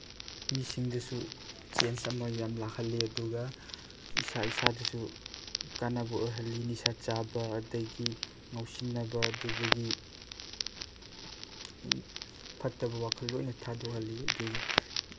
ꯃꯤꯁꯤꯡꯗꯁꯨ ꯆꯦꯟꯖ ꯑꯃ ꯌꯥꯝ ꯂꯥꯛꯍꯜꯂꯤ ꯑꯗꯨꯒ ꯏꯁꯥ ꯏꯁꯥꯗꯁꯨ ꯀꯥꯟꯅꯕ ꯑꯣꯏꯍꯜꯂꯤ ꯅꯤꯁꯥ ꯆꯥꯕ ꯑꯗꯒꯤ ꯉꯥꯎꯁꯤꯟꯅꯕ ꯑꯗꯨꯗꯒꯤ ꯐꯠꯇꯕ ꯋꯥꯈꯜ ꯂꯣꯏꯅ ꯊꯥꯗꯣꯛꯍꯜꯂꯤ ꯑꯗꯨꯒ